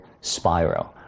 spiral